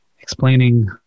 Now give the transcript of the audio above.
explaining